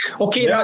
Okay